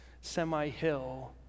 semi-hill